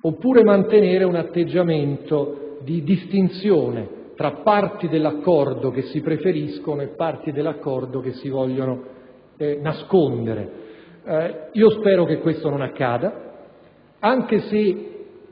oppure mantenere un atteggiamento di distinzione tra parti dell'accordo che si preferiscono e parti che si vogliono nascondere. Spero che ciò non accada, anche se